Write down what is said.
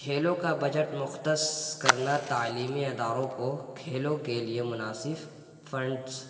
کھیلوں کا بجٹ مختص کرنا تعلیمی اداروں کو کھیلوں کے لیے مناسب فنڈس